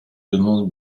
demande